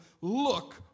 Look